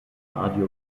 radio